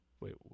Wait